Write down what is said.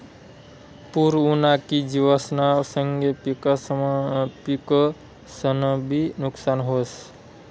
पूर उना की जिवसना संगे पिकंसनंबी नुकसान व्हस